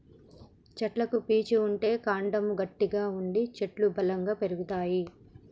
చెట్లకు పీచు ఉంటే కాండము గట్టిగా ఉండి చెట్లు బలంగా పెరుగుతాయి